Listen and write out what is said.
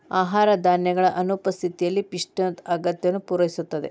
ಆಹಾರ ಧಾನ್ಯಗಳ ಅನುಪಸ್ಥಿತಿಯಲ್ಲಿ ಪಿಷ್ಟದ ಅಗತ್ಯವನ್ನು ಪೂರೈಸುತ್ತದೆ